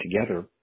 together